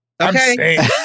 okay